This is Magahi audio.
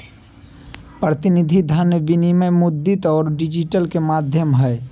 प्रतिनिधि धन विनिमय मुद्रित और डिजिटल के माध्यम हइ